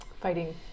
fighting